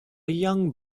young